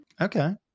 Okay